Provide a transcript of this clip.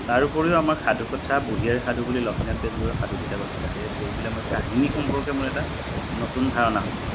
তাৰ উপৰিও আমাক সাধুকথা বুঢ়ী আইৰ সাধু বুলি লক্ষ্মীনাথ বেজবৰুৱৰ সাধু কিতাপ আছিলে সেই পঢ়ি পেলাই মই কাহিনী সম্পৰ্কে মোৰ এটা নতুন ধাৰণা হৈছিল